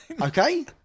Okay